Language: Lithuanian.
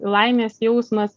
laimės jausmas